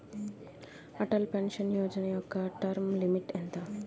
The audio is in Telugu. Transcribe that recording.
అటల్ పెన్షన్ యోజన యెక్క టర్మ్ లిమిట్ ఎంత?